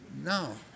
no